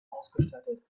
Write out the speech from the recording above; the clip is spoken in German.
ausgestattet